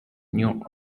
new